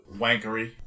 wankery